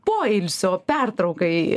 poilsio pertraukai